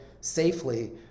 safely